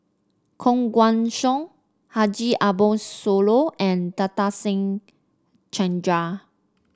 Koh Guan Song Haji Ambo Sooloh and Nadasen Chandra